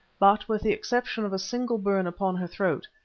but with the exception of a single burn upon her throat,